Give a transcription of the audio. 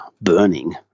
burning